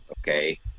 okay